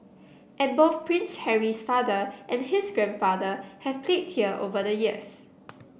and both Prince Harry's father and his grandfather have played here over the years